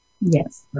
Yes